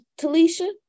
Talisha